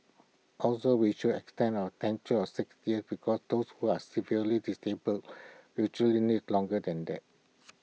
also we should extend our tenure of six years because those who are severely disabled usually need longer than that